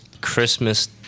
Christmas